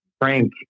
Frank